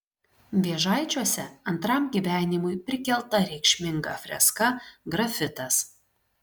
vėžaičiuose antram gyvenimui prikelta reikšminga freska grafitas